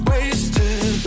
Wasted